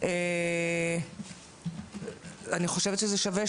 זה חריג,